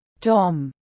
Tom